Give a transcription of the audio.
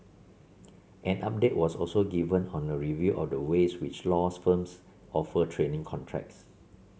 an update was also given on a review of the ways which laws firms offer training contracts